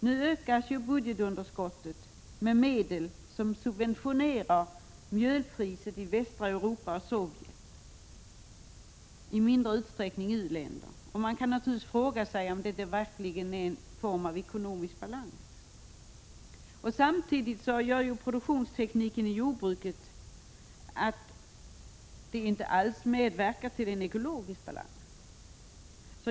Nu ökas budgetunderskottet med medel som subventionerar mjölpriset i västra Europa och Sovjet, och i mindre utsträckning i u-länder. Man kan naturligtvis fråga sig om det verkligen är en form av ekonomisk balans. Samtidigt medverkar produktionstekniken i jordbruket inte alls till en ekologisk balans.